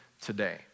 today